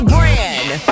Brand